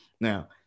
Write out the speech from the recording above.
Now